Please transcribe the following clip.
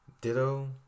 Ditto